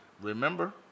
remember